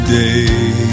day